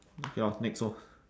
okay orh next so